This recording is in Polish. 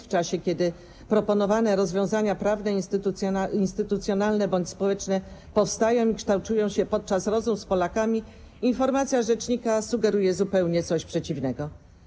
W czasie, kiedy proponowane rozwiązania prawne, instytucjonalne bądź społeczne powstają i kształtują się podczas rozmów z Polakami, informacja rzecznika sugeruje zupełnie coś przeciwnego.